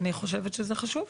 אני חושבת שזה חשוב.